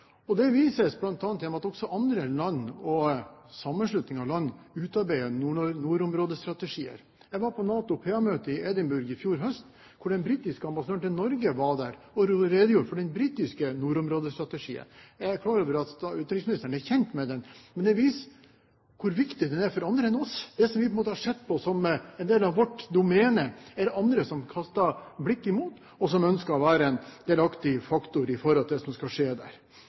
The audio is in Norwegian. vil. Det vises bl.a. gjennom at også andre land og sammenslutninger av land utarbeider nordområdestrategier. Jeg var på NATO Parliamentary Association-møte i Edinburgh i fjor høst. Den britiske ambassadøren til Norge var der og redegjorde for den britiske nordområdestrategien. Jeg er klar over at utenriksministeren er kjent med den, men det viser hvor viktig den er for andre enn oss. Det som vi på en måte har sett på som en del av vårt domene, er det andre som retter blikket mot og som ønsker å være en delaktig faktor med tanke på det som skal skje der.